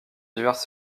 diverses